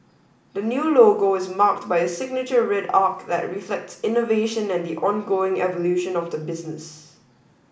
the new logo is marked by a signature red arc that reflects innovation and the ongoing evolution of the business